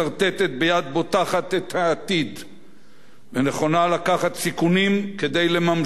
בוטחת את העתיד ונכונה לקחת סיכונים כדי לממשו ואינה